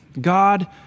God